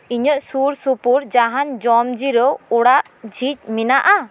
ᱤᱧᱟᱹᱜ ᱥᱩᱨᱥᱩᱯᱩᱨ ᱡᱟᱦᱟᱱ ᱡᱚᱢᱡᱤᱨᱟᱹᱣ ᱚᱲᱟᱜ ᱡᱷᱤᱡ ᱢᱮᱱᱟᱜᱼᱟ